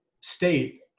state